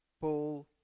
Paul